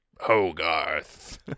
Hogarth